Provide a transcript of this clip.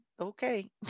okay